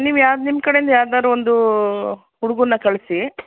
ನೀವ್ಯಾರು ನಿಮ್ಮ ಕಡೆಯಿಂದ ಯಾರ್ನಾದ್ರು ಒಂದು ಹುಡ್ಗನ್ನ ಕಳಿಸಿ